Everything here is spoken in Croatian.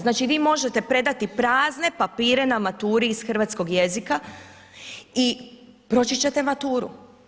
Znači vi možete predati prazne papire na maturi iz hrvatskog jezika i proći ćete maturu.